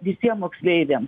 visiem moksleiviam